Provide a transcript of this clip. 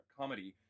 comedy